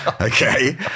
Okay